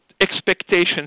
expectations